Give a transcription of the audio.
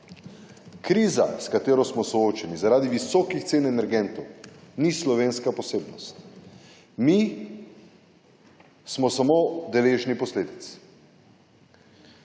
Kriza, s katero smo soočeni zaradi visokih cen energentov ni slovenska posebnost. Mi smo samo deležni posledic.